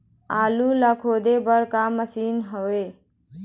आलू ला खोदे बर का मशीन हावे?